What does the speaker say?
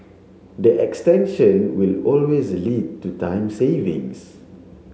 the extension will always lead to time savings